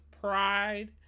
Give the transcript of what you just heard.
pride